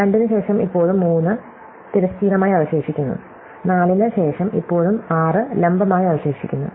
2 ന് ശേഷം ഇപ്പോഴും 3 തിരശ്ചീനമായി അവശേഷിക്കുന്നു 4 ന് ശേഷം ഇപ്പോഴും 6 ലംബമായി അവശേഷിക്കുന്നു